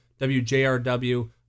WJRW